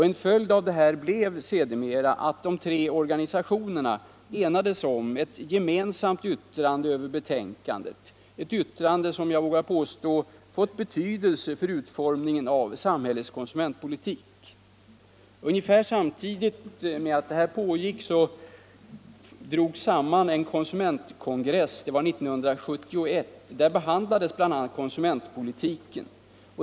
En följd härav blev sedermera att de tre organisationerna enades om ett gemensamt yttrande över betänkandet — ett yttrande som jag vågar påstå har fått stor betydelse för utformningen av samhällets konsumentpolitik. Ungefär samtidigt med att detta pågick drogs — det var 1971 — en konsumentkongress samman. Där behandlades bl.a. konsumentpolitiken.